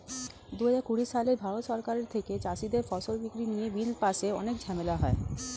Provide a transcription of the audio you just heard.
দুহাজার কুড়ি সালে ভারত সরকারের থেকে চাষীদের ফসল বিক্রি নিয়ে বিল পাশে অনেক ঝামেলা হয়